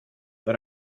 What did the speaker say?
but